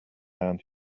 land